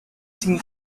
sin